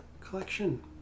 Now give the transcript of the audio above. collection